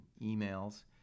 emails